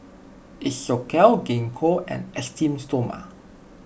Isocal Gingko and Esteem Stoma